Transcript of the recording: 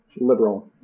liberal